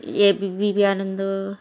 A B P Ananda